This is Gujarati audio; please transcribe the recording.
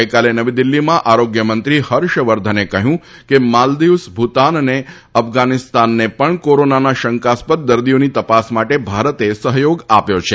ગઈકાલે નવી દિલ્ફીમાં આરોગ્યમંત્રી હર્ષવર્ધને કહ્યું હતું કે માલદીવ્સ ભુતાન અને અફઘાનિસ્તાનને પણ કોરાનાના શંકાસ્પદક દર્દીઓની તપાસ માટે ભારતે સહયોગ આપ્યો છે